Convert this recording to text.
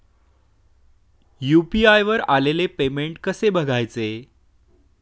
UPI वर आलेले payment कसे बघायचे?